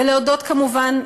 ולהודות כמובן,